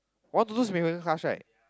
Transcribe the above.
one two two is Megan class right